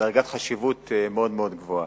בדרגת חשיבות מאוד מאוד גבוהה.